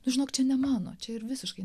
tu žinok čia ne mano čia ir visiškai